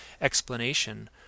explanation